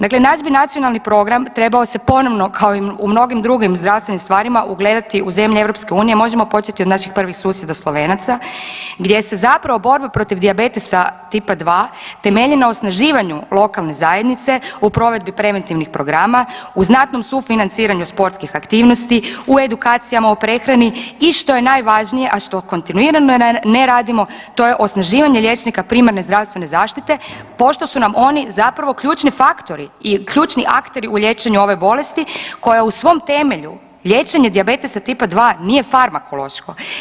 Dakle, naš bi nacionalni program trebao se ponovno kao i u mnogim drugim zdravstvenim stvarima ugledati u zemlje EU, možemo početi od naših prvih susjeda Slovenaca gdje se borba protiv dijabetesa tipa 2 temelji na osnaživanju lokalne zajednice u provedbi preventivnih programa, u znatnom sufinanciranju sportskih aktivnosti, u edukacijama o prehrani i što je najvažnije, a što kontinuirano ne radimo, to je osnaživanje liječnika primarne zdravstvene zaštite pošto su nam oni ključni faktori i ključni akteri u liječenju ove bolesti koja u svom temelju liječenja dijabetesa tipa 2 nije farmakološko.